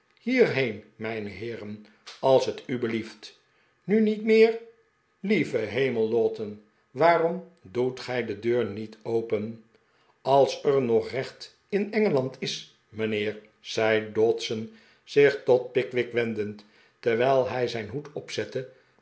hierheen mijne heeren als t u belieft nu niet meer lieve hemel lowten waarom doet gij de deur niet open als er nog recht in engeland is mijnheer zei dodson zich tot pickwick wendend terwijl hij zijn hoed opzette